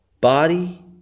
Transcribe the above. body